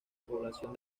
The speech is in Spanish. población